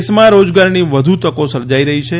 દેશમાં રોજગારીની વધુ તકો સર્જાઇ રહી છે